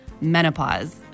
menopause